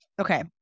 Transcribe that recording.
okay